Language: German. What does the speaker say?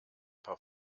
paar